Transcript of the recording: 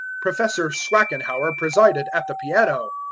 professor swackenhauer presided at the piano.